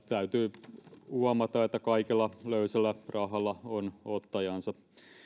täytyy huomata että kaikella löysällä rahalla on ottajansa